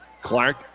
Clark